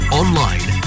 online